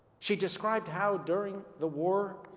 she described how, during the war,